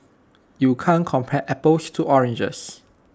you can't compare apples to oranges